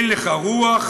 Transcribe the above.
אין לך רוח.